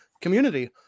community